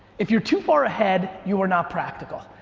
if you're too far ahead, you are not practical.